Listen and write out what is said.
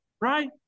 right